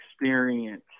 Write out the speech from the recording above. experience